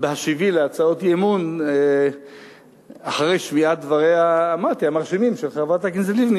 בהשיבי על הצעות אי-אמון אחרי שמיעת דבריה המרשימים של חברת הכנסת לבני,